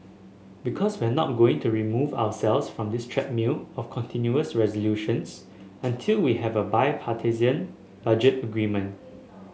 because we're not going to remove ourselves from this treadmill of continuing resolutions until we have a bipartisan budget agreement